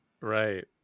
right